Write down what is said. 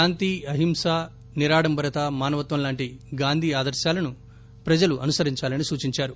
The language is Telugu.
శాంతి అహింస నిరాడంబరత మానవత్వం లాంటి గాంధీ ఆదర్శాలను ప్రజలు అనుసరించాలని సూచించారు